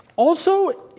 also,